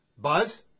Buzz